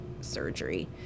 surgery